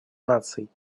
наций